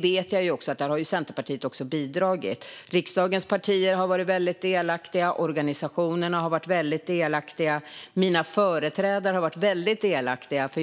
vet också att Centerpartiet har bidragit där. Riksdagens partier har varit väldigt delaktiga. Organisationerna har varit väldigt delaktiga. Mina företrädare har varit väldigt delaktiga.